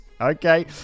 Okay